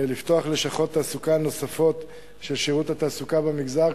לפתוח לשכות תעסוקה נוספות של שירות התעסוקה במגזר,